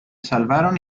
salvaron